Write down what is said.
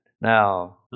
Now